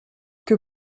que